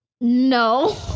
no